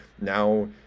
now